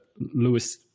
lewis